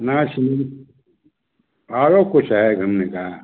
नया और कुछ है घूमने का